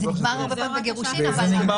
זה נגמר הרבה פעמים בגירושין אבל --- זה נגמר